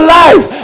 life